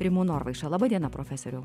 rimu norvaiša laba diena profesoriau